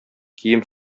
кием